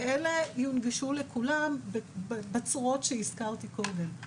ואלה יונגשו לכולם בצורות שהזכרתי קודם.